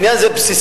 העניין הזה בסיסי,